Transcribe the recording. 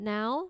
Now